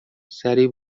سریع